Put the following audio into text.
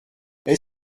est